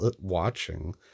watching